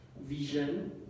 vision